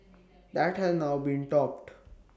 that has now been topped